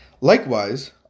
Likewise